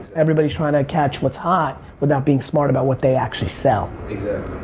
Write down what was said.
everybody is trying to catch what's hot without being smart about what they actually sell. exactly.